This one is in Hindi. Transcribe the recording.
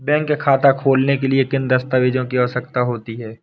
बैंक खाता खोलने के लिए किन दस्तावेजों की आवश्यकता होती है?